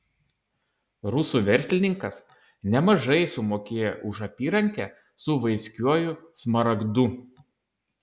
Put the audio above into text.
rusų verslininkas nemažai sumokėjo už apyrankę su vaiskiuoju smaragdu